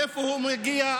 מאיפה הוא מגיע,